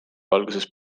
valguses